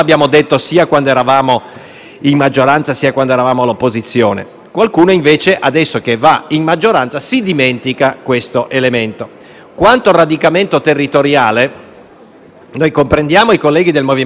Quanto a radicamento territoriale, noi comprendiamo i colleghi del MoVimento 5 Stelle per i quali il radicamento territoriale consiste nel votare come decide la misteriosa piattaforma Rousseau.